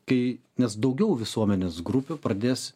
kai nes daugiau visuomenės grupių pradės